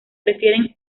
refieren